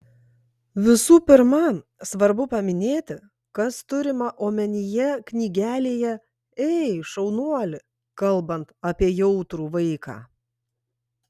visų pirma svarbu paminėti kas turima omenyje knygelėje ei šaunuoli kalbant apie jautrų vaiką